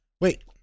wait